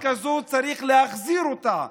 כזו, צריך להחזיר אותה.